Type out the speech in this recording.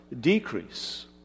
decrease